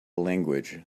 language